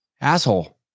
Asshole